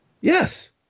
Yes